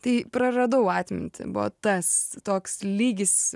tai praradau atmintį buvo tas toks lygis